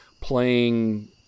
playing